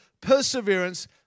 perseverance